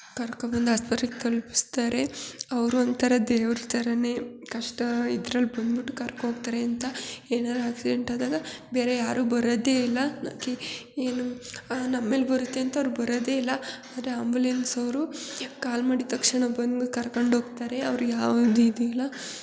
ಕರ್ಕಬಂದು ಆಸ್ಪತ್ರಿಗೆ ತಲುಪಿಸ್ತಾರೆ ಅವರು ಒಂಥರ ದೇವ್ರ ಥರವೇ ಕಷ್ಟ ಇದ್ರಲ್ಲಿ ಬಂದ್ಬಿಟ್ಟು ಕರ್ಕೊ ಹೋಗ್ತಾರೆ ಅಂತ ಏನಾರೂ ಆ್ಯಕ್ಸಿಡೆಂಟ್ ಆದಾಗ ಬೇರೆ ಯಾರೂ ಬರೋದೇ ಇಲ್ಲ ನಾ ಕಿ ಏನು ನಮ್ಮೇಲೆ ಬರುತ್ತೆ ಅಂತ ಅವ್ರು ಬರೋದೇ ಇಲ್ಲ ಆದರೆ ಆಂಬುಲೆನ್ಸ್ ಅವರು ಕಾಲ್ ಮಾಡಿದ ತಕ್ಷಣ ಬಂದು ಕರ್ಕಂಡು ಹೋಗ್ತಾರೆ ಅವ್ರಿಗೆ ಯಾವ್ದೂ ಇದಿಲ್ಲ